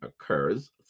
occurs